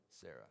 Sarah